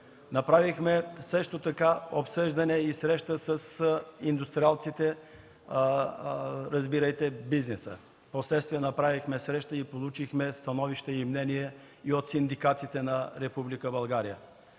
Направихме обсъждане, среща с индустриалците, разбирайте бизнеса. Впоследствие направихме среща и получихме становище, мнение и от синдикатите на